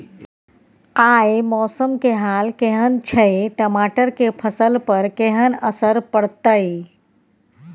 आय मौसम के हाल केहन छै टमाटर के फसल पर केहन असर परतै?